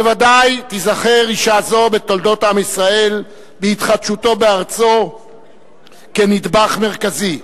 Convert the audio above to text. בוודאי תיזכר אשה זו בתולדות עם ישראל בהתחדשותו בארצו כנדבך מרכזי.